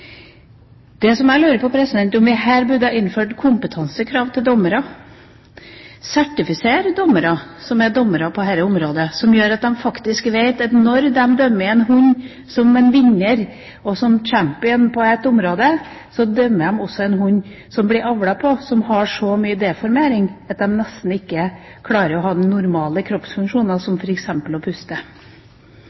Det som jeg lurer på, er om vi her burde innføre kompetansekrav for dommere, om vi burde sertifisere dem som er dommere på dette området, slik at de faktisk vet at når de dømmer en hund som er vinner og champion på et område, dømmer de også en hund som det blir avlet på, og som kan ha så mye deformering at de nesten ikke har normale kroppsfunksjoner, som f.eks. å puste.